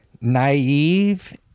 naive